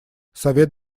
совет